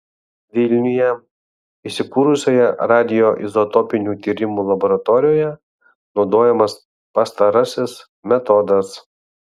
vilniuje įsikūrusioje radioizotopinių tyrimų laboratorijoje naudojamas pastarasis metodas